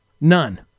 None